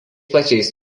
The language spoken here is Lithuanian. pačiais